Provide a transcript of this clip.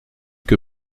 que